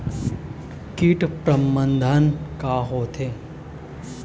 कीट प्रबंधन का होथे?